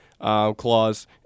clause